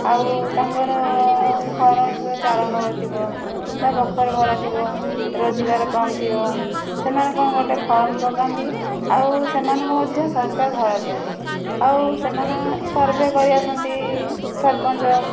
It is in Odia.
ଆଉ ତାଙ୍କର ଘର ନ ଥିବ ଚାଳ ଘର ଥିବ ବା ବଖର ଘର ଥିବ ରୋଜଗାର କମ୍ ଥିବ ସେମାନେ କଣ ଗୋଟିଏ ଫର୍ମ ପକାନ୍ତି ଆଉ ସେମାନଙ୍କୁ ମଧ୍ୟ ସରକାର ଘର ଦିଅନ୍ତି ଆଉ ସେମାନେ ସର୍ଭେ କରି ଆସନ୍ତି ସରପଞ୍ଚ